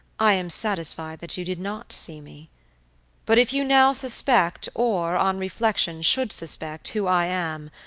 i am satisfied that you did not see me but if you now suspect, or, on reflection, should suspect, who i am,